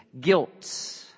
guilt